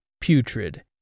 putrid